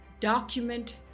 document